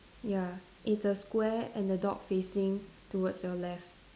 ya it's a square and the dog facing toward your left